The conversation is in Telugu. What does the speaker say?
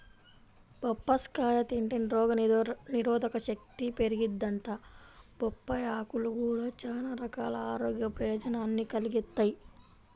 బొప్పాస్కాయ తింటే రోగనిరోధకశక్తి పెరిగిద్దంట, బొప్పాయ్ ఆకులు గూడా చానా రకాల ఆరోగ్య ప్రయోజనాల్ని కలిగిత్తయ్